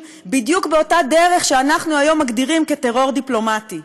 בדיוק באותה דרך שאנחנו היום מגדירים כטרור דיפלומטי.